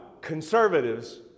conservatives